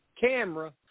camera